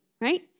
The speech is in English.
right